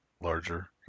larger